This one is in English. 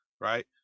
right